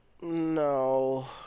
No